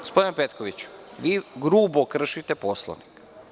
Gospodine Petkoviću, vi grubo kršite Poslovnik.